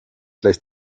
lässt